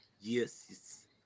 yes